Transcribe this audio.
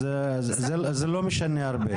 אז זה לא משנה הרבה.